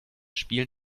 spielen